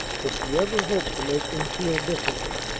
could she ever hope to make them feel differently?